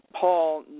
Paul